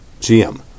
GM